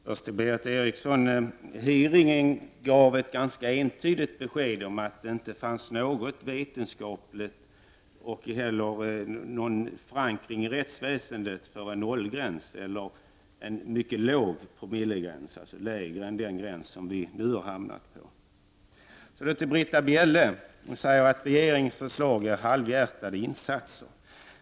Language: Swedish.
Herr talman! Den aktuella hearingen gav, Berith Eriksson, ett ganska entydigt besked om att det inte fanns någon förankring vare sig i vetenskapen eller i rättsväsendet när det gäller en nollgräns eller en mycket låg promillegräns — alltså under den gräns som vi nu har hamnat på. Britta Bjelle talar om regeringens förslag om halvhjärtade insatser.